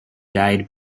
died